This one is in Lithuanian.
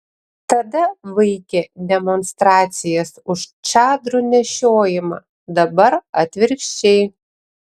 tada vaikė demonstracijas už čadrų nešiojimą dabar atvirkščiai